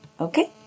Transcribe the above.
okay